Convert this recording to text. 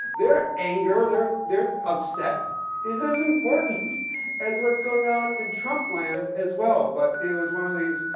their anger, their their upset is as important as what's going on in trump land as well. but it was one of these